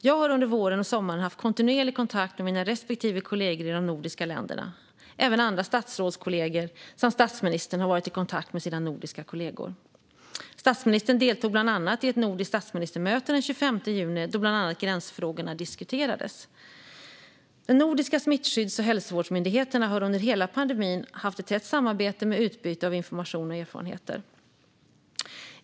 Jag har under våren och sommaren haft kontinuerlig kontakt med mina respektive kollegor i de nordiska länderna. Även andra statsrådskollegor samt statsministern har varit i kontakt med sina nordiska kollegor. Statsministern deltog bland annat i ett nordiskt statsministermöte den 25 juni, då bland annat gränsfrågorna diskuterades. De nordiska smittskydds och hälsovårdsmyndigheterna har under hela pandemin haft ett tätt samarbete med utbyte av information och erfarenheter.